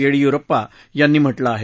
येडियुरप्पा यांनी म्हटलं आहे